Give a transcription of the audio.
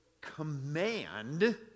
command